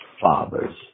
fathers